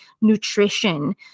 nutrition